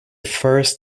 first